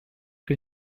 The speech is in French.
que